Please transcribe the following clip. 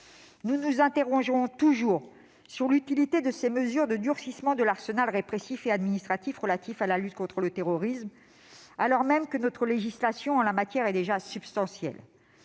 Nous nous interrogeons toujours sur l'utilité de ces mesures de durcissement de l'arsenal répressif et administratif antiterroriste, alors même que notre législation en la matière est déjà substantielle.